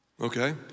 Okay